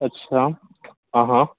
अच्छा हां हां